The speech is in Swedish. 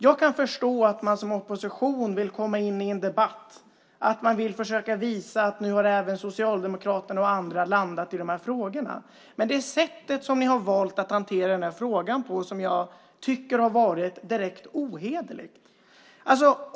Jag kan förstå att man som opposition vill komma in i en debatt, att man vill försöka visa att nu har även Socialdemokraterna och andra landat i de här frågorna. Men det är sättet som ni har valt att hantera den här frågan på som jag tycker har varit direkt ohederligt.